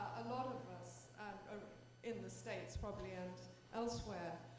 a lot us in the states, probably, and elsewhere,